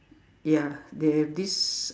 ya they have this